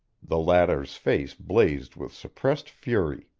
the latter's face blazed with suppressed fury.